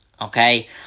okay